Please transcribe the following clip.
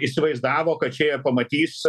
įsivaizdavo kad čia jie pamatys